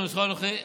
בנוסחו הנוכחי,